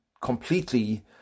completely